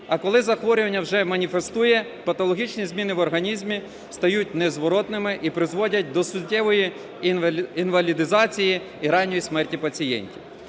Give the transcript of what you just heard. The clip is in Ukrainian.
а коли захворювання вже маніфестує, патологічні зміни в організмі стають незворотними і призводять до суттєвої інвалідизації і ранньої смерті пацієнтів.